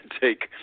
take